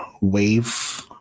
wave